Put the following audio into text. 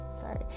sorry